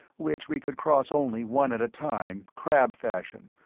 which we could cross only one at a time, crab-fashion,